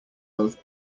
both